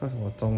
cause